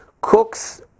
cooks